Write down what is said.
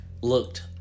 looked